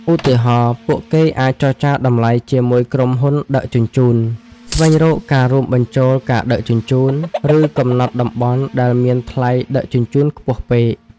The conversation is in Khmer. ឧទាហរណ៍ ពួកគេអាចចរចាតម្លៃជាមួយក្រុមហ៊ុនដឹកជញ្ជូន ស្វែងរកការរួមបញ្ចូលការដឹកជញ្ជូន ឬកំណត់តំបន់ដែលមានថ្លៃដឹកជញ្ជូនខ្ពស់ពេក។